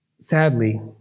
sadly